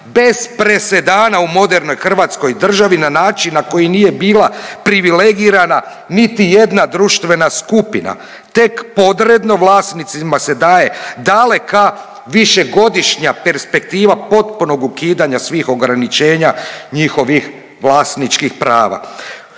bez presedana u modernoj hrvatskoj državi na način na koji nije bila privilegirana niti jedna društvena skupina. Tek podredno vlasnicima se daje daleka višegodišnja perspektiva potpunog ukidanja svih ograničenja njihovih vlasničkih prava.